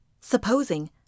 Supposing